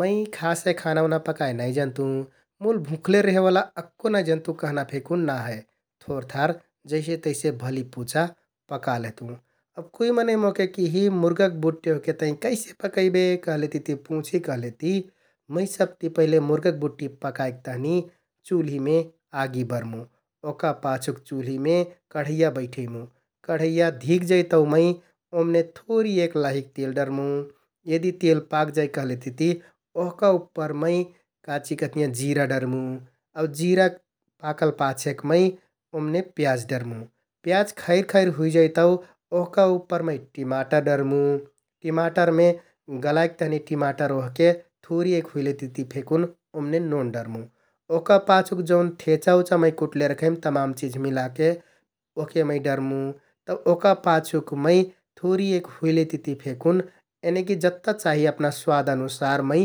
मै खासे खाना उना पकाइ नाइ जनतुँ मुल भुँख्ले रेहेओला अक्को नाइ जनतुँ कहना फेकुन ना हे । थोर थार जइसे तइसे भलिपुचा पका लेहतुँ । अब कुइ मनैं मोहके किहि मुर्गाक बुट्टि ओहके तैं कैसे पकैबे कहलेतिति पुँछि कहलेति मै सबति पहिले मुर्गाक बुट्टि पकाइक तहनि चुल्हिमे आगि बरमुँ । ओहका पाछुक चुल्हिमे कढैया बैठैमुँ, कढैया धिक जाइ तौ मै ओम्‍ने थोरि एक लाहिक तेल डरमुँ । यदि तेल पाक जाइ कहलेतिति ओहका उप्पर मै काचिकहतियाँ जिरा डरमुँ, आउ जिराक पाकल पाछे मै ओम्‍ने प्याज डरमुँ । प्याज खैर खैर हुइजाइ तौ ओहका उप्पर मै टिमाटर डरमुँ, टिमाटरमे गलाइक तहनि टिमाटर ओहके थोरि एक हुइलेतिति फेकुन ओम्‍ने नोन डरमुँ । ओहका पाछुक जौन थेचा उचा मै कुटले रखैम तमाम चिझ मिलाके ओहके मै डरमुँ । तौ ओहका पाछुक मै थोरि एक हुइलेतिति फेकुन यनिकि जत्ता चाहि अपना स्वाद अनुसार मै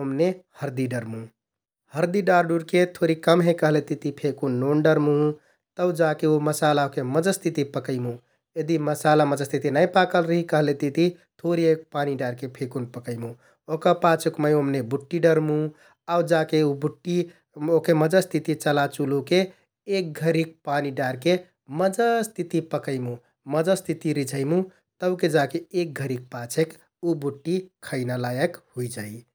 ओम्‍ने हरदि डरमुँ । हरदि डारडुरके थोरि कम हे कहलेतिति फेकुन नोन डरमुँ तौ जाके उ मसाला ओहके मजसतिति पकैमुँ । यदि मसाला मजसतिति नाइ पाकल रिहि कहलेतिति थोरि एक पानी डारके फेकुन पकैमुँ, ओहका पाछुक मै ओम्‍ने बुट्टि डरमुँ । आउ जाके उ बुट्टि ओहके मजसतिति चलाचुलुके एक घरि पानी डारके मजसतिति पकैमुँ, मजसतिति रिझैमुँ । तौके जाके एक घरिक पाछेक उ बुट्टि खैना लायक हुइजाइ ।